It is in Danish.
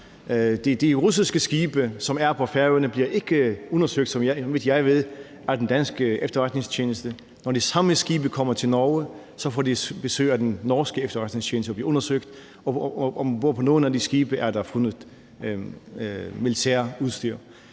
De russiske skibe, som er på Færøerne, bliver, så vidt jeg ved, ikke undersøgt af den danske efterretningstjeneste. Når de samme skibe kommer til Norge, får de besøg af den norske efterretningstjeneste og bliver undersøgt, og om bord på nogle af de skibe er der fundet militærudstyr.